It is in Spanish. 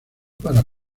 para